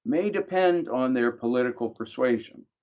may depend on their political persuasion.